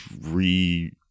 re